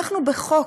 אנחנו בחוק,